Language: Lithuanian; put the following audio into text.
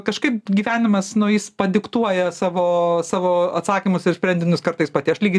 kažkaip gyvenimas nueis padiktuoja savo savo atsakymus ir sprendinius kartais pati aš lygiai